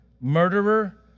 murderer